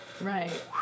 Right